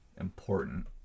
important